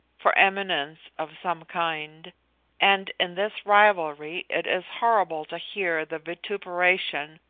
for eminence of some kind and in this rivalry it is horrible to hear the vituperation,